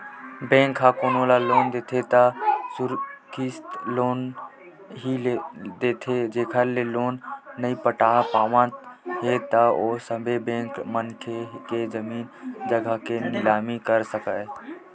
bank ह कोनो ल लोन देथे त सुरक्छित लोन ही देथे जेखर ले लोन नइ पटा पावत हे त ओ समे बेंक मनखे के जमीन जघा के निलामी कर सकय